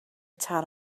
tan